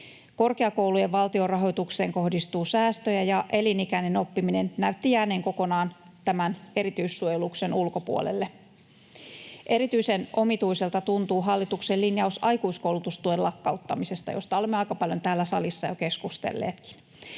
Korkeakoulujen valtionrahoitukseen kohdistuu säästöjä, ja elinikäinen oppiminen näytti jääneen kokonaan tämän erityissuojeluksen ulkopuolelle. Erityisen omituiselta tuntuu hallituksen linjaus aikuiskoulutustuen lakkauttamisesta, josta olemme aika paljon täällä salissa jo keskustelleetkin.